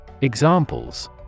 Examples